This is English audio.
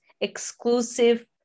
exclusive